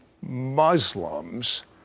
Muslims